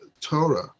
Torah